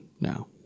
now